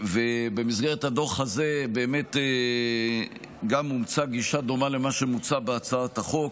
ובמסגרת הדוח הזה גם אומצה גישה דומה למה שמוצע בהצעת החוק,